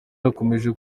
yakomeje